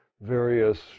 various